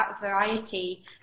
variety